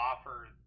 offer